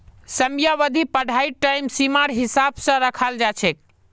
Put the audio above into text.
समयावधि पढ़ाईर टाइम सीमार हिसाब स रखाल जा छेक